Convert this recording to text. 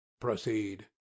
proceed